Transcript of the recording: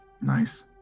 Nice